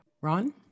Ron